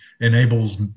enables